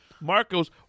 Marcos